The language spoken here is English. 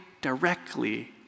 directly